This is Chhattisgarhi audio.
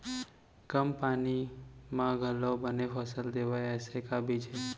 कम पानी मा घलव बने फसल देवय ऐसे का बीज हे?